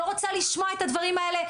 לא רוצה לשמוע את הדברים האלה,